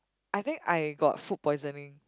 I think I got food poisoning